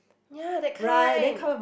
ya that kind